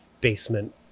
basement